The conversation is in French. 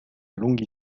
longue